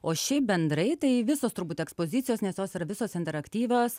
o šiaip bendrai tai visos turbūt ekspozicijos nes jos yra visos interaktyvios